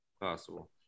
Possible